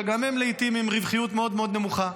שגם הם לעיתים עם רווחיות מאוד מאוד נמוכה.